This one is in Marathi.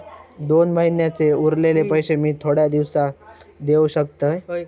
दोन महिन्यांचे उरलेले पैशे मी थोड्या दिवसा देव शकतय?